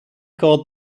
called